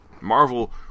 Marvel